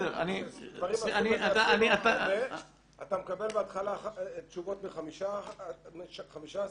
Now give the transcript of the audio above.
אתה מקבל בהתחלה תשובות מ-15%.